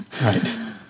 Right